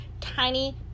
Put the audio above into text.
tiny